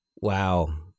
Wow